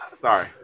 Sorry